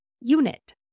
unit